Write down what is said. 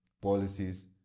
policies